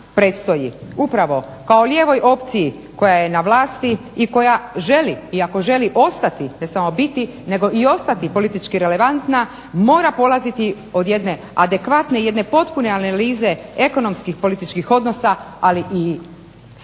predstoji upravo kao lijevoj opciji koja je na vlasti i koja želi i ako želi ostati ne samo biti nego ostati politički relevantna mora polaziti od jedne adekvatne, jedne potpune analize ekonomskih političkih odnosa ali i